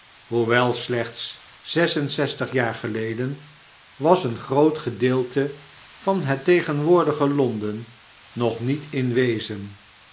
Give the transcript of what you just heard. slechts zes en zestig jaar geleden was een groot gedeelte van het tegenwoordige londen nog niet in wezen